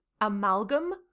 amalgam